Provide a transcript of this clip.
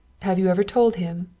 have you ever told him?